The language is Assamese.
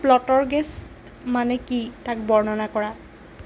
প্ল'টৰগেইষ্ট মানে কি তাক বৰ্ণনা কৰা